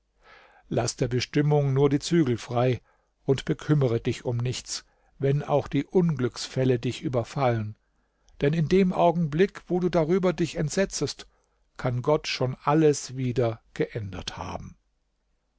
laß der bestimmung nur die zügel frei und bekümmere dich um nichts wenn auch die unglücksfälle dich überfallen denn in dem augenblick wo du darüber dich entsetzest kann gott schon alles wieder geändert haben